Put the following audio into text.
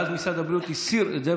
ואז משרד הבריאות הסיר את זה.